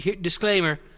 Disclaimer